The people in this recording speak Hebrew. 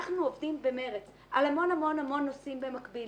אנחנו עובדים במרץ על המון נושאים במקביל.